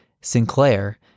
Sinclair